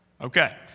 okay